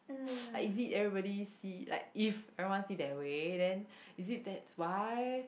is it everybody see like if everyone see that way then is it that's why